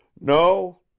no